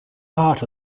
heart